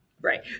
right